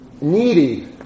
needy